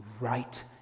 right